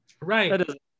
right